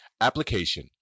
Application